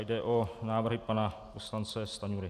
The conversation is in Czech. Jde o návrhy pana poslance Stanjury.